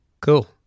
Cool